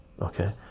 okay